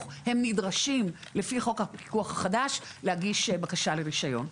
הם נדרשים לפי חוק הפיקוח החדש להגיש בקשה לרישיון.